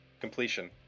Completion